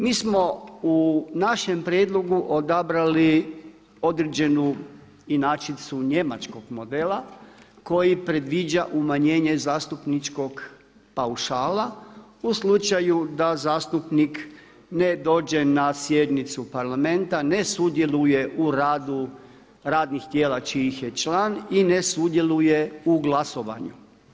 Mi smo u našem prijedlogu odabrali određenu inačicu njemačkog modela koji predviđa umanjenje zastupničkog paušala u slučaju da zastupnik ne dođe na sjednicu parlamenta, ne sudjeluje u radu radnih tijela čijih je član i ne sudjeluje u glasovanju.